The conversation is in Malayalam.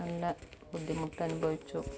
നല്ല ബുദ്ധിമുട്ട് അനുഭവിച്ചു